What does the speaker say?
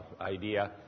idea